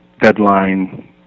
deadline